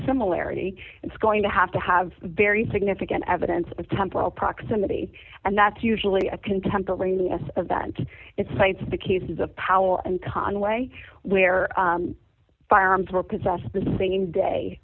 similarity it's going to have to have very significant evidence of temporal proximity and that's usually a contemporaneous event it's science the cases of power and conway where firearms were possessed the same day